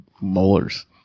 molars